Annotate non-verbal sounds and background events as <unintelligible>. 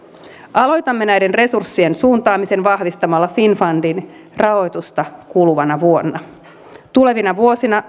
aloitamme näiden resurssien suuntaamisen vahvistamalla finnfundin rahoitusta kuluvana vuonna tulevina vuosina <unintelligible>